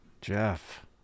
Jeff